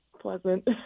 pleasant